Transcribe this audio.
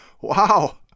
Wow